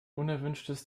unerwünschtes